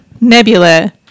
nebula